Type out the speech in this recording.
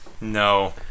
No